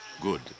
Good